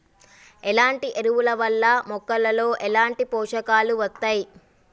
ఎట్లాంటి ఎరువుల వల్ల మొక్కలలో ఎట్లాంటి పోషకాలు వత్తయ్?